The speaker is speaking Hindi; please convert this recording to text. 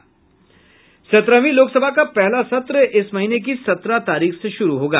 सत्रहवीं लोकसभा का पहला सत्र इस महीने की सत्रह तारीख से शुरू होगा